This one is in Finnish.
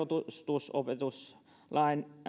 perusopetuslain